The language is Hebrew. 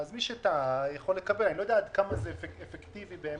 אני לא יודע עד כמה זה אפקטיבי באמת.